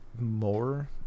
more